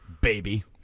Baby